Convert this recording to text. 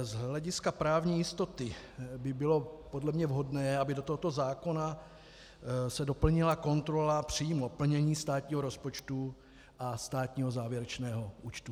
Z hlediska právní jistoty by bylo podle mě vhodné, aby do tohoto zákona se doplnila kontrola přímo plnění státního rozpočtu a státního závěrečného účtu.